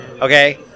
okay